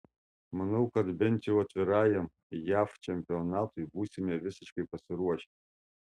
manau kad bent jau atvirajam jav čempionatui būsime visiškai pasiruošę